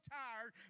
tired